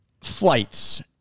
Flights